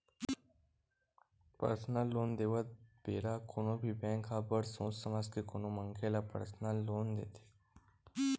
personal loan देवत बेरा कोनो भी बेंक ह बड़ सोच समझ के कोनो मनखे ल परसनल लोन देथे